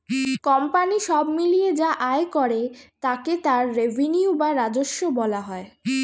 company সব মিলিয়ে যা আয় করে তাকে তার রেভিনিউ বা রাজস্ব বলা হয়